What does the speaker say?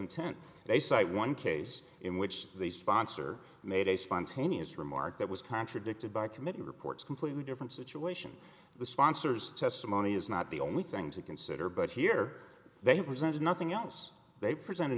intent they cite one case in which the sponsor made a spontaneous remark that was contradicted by committee reports completely different situation the sponsors testimony is not the only thing to consider but here they have presented nothing else they presented